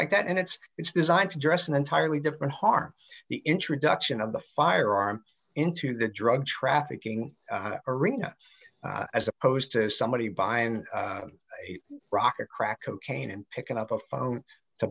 like that and it's it's designed to address an entirely different harm the introduction of the firearm into the drug trafficking arena as opposed to somebody buying a rock or crack cocaine and picking up a phone to